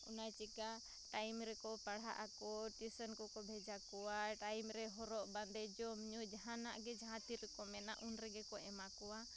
ᱚᱱᱟ ᱪᱤᱠᱟᱹ ᱴᱟᱭᱤᱢᱨᱮᱠᱚ ᱯᱟᱲᱦᱟᱜ ᱟᱠᱚ ᱴᱤᱣᱩᱥᱚᱱᱠᱚᱠᱚ ᱵᱷᱮᱡᱟ ᱠᱚᱣᱟ ᱴᱟᱭᱤᱢᱨᱮ ᱦᱚᱨᱚᱜᱼᱵᱟᱸᱫᱮ ᱡᱚᱢᱼᱧᱩ ᱡᱟᱦᱟᱱᱜ ᱜᱮ ᱡᱟᱦᱟᱸᱛᱤᱨᱮᱠᱚ ᱢᱮᱱᱟ ᱩᱱᱨᱮᱜᱮᱠᱚ ᱮᱢᱟ ᱠᱚᱣᱟ